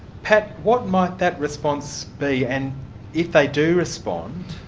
pat, what might that response be, and if they do respond,